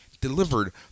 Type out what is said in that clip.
delivered